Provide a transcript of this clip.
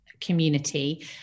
community